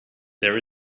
there